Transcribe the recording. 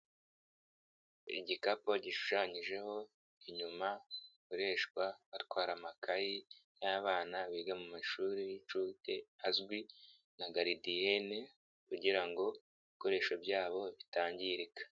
Igikapu gishushanyijeho inyuma gikoreshwa batwara amakayi y'abana biga mu mashuri y'inshuke azwi nka garidiyene kugira ngo ibikoresho byabo bitangirika.